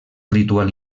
ritual